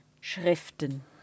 Schriften